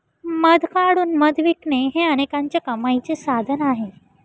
मध काढून मध विकणे हे अनेकांच्या कमाईचे साधन आहे